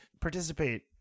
participate